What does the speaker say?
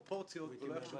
איך?